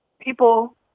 people